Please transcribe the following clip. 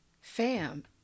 fam